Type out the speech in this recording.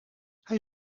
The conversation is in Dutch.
hij